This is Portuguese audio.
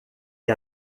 que